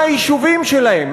מהיישובים שלהם,